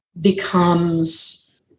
becomes